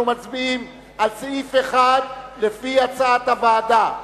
אנחנו מצביעים על סעיף 1 לפי הצעת הוועדה.